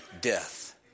death